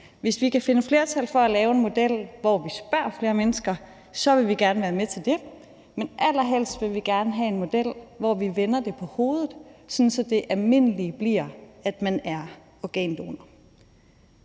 Hvis vi kan finde flertal for at lave en model, hvor vi spørger flere mennesker, vil vi gerne være med til det, men allerhelst vil vi gerne have en model, hvor vi vender det på hovedet, sådan at det almindelige bliver, at man er organdonor.